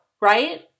right